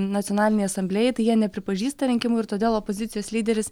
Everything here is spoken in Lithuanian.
nacionalinei asamblėjai tai jie nepripažįsta rinkimų ir todėl opozicijos lyderis